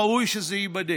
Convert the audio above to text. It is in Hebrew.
ראוי שזה ייבדק.